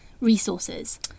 resources